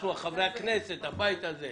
אנחנו, חברי הכנסת, הבית הזה.